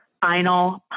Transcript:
final